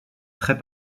très